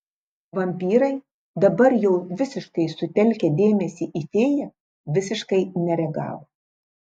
vampyrai dabar jau visiškai sutelkę dėmesį į fėją visiškai nereagavo